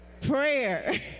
Prayer